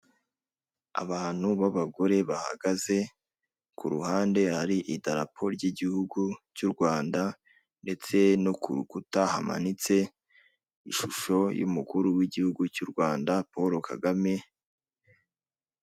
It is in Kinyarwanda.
Abantu b'abagore bahagaze ku ruhande hari idarapo ry'igihugu cy'Urwanda, ndetse no ku rukuta hamanitse ishusho y'umukuru w'igihugu cy'Urwanda Paul Kagame.